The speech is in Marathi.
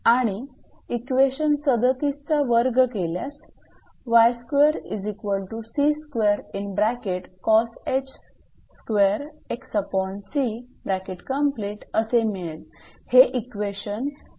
आणि इक्वेशन 37 चा वर्ग केल्यास असे मिळेल हे इक्वेशन 39 असेल